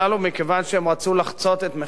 מכיוון שהם רצו לחצות את מחאת הקיץ,